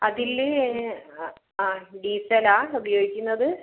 അതിൽ ആ ഡീസലാ ഉപയോഗിക്കുന്നത്